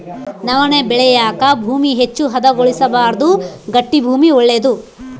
ನವಣೆ ಬೆಳೆಯಾಕ ಭೂಮಿ ಹೆಚ್ಚು ಹದಗೊಳಿಸಬಾರ್ದು ಗಟ್ಟಿ ಭೂಮಿ ಒಳ್ಳೇದು